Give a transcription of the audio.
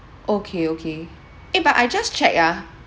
okay okay eh but I just check ah